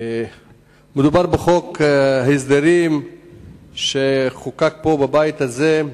מדובר בחוק ההסדרים שחוקק פה בבית הזה,